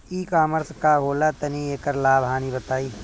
ई कॉमर्स का होला तनि एकर लाभ हानि बताई?